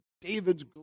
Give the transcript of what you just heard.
David's